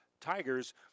Tigers